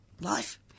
life